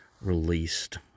released